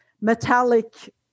metallic